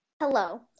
hello